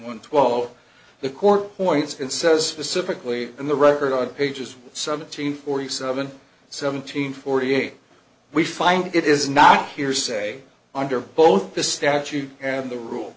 zero the court points and says specifically in the record on pages seventeen forty seven seventeen forty eight we find it is not hearsay under both the statute and the rule